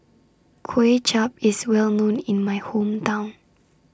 Kway Chap IS Well known in My Hometown